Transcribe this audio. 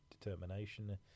determination